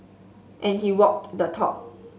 and he walked the talk